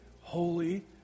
holy